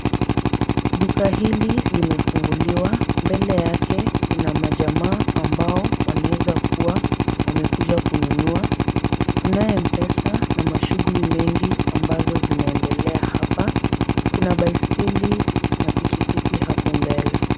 Duka hili limefunguliwa. Mbele yake kuna majamaa ambao wanaweza kuwa wamekuja kununua. Tunayo M-Pesa na mashughuli mengi ambazo zinaendelea hapa. Kuna baiskeli na piki piki hapo mbele.